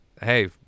Hey